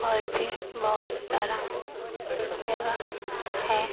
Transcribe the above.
और भी बहुत सारा जगह है